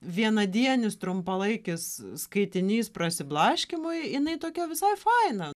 vienadienis trumpalaikis skaitinys prasiblaškymui jinai tokia visai faina